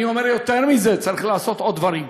אני אומר יותר מזה, צריך לעשות עוד דברים.